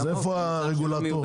אז איפה הרגולטור?